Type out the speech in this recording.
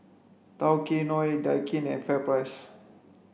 Tao Kae Noi Daikin and FairPrice